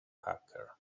hacker